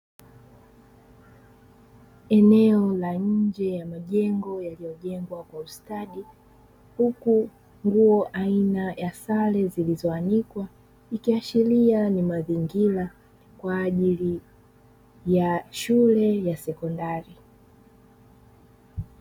Eneo la nje la majengo yaliyojengwa kwa ustadi huku nguo aina ya sare zilizoanikwa zikiashiria ni mazingira kwa ajili ya shule ya sekondari.